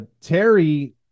Terry